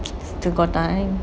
still got time